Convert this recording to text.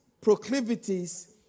proclivities